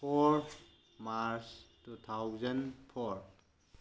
four March two thousand four